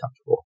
comfortable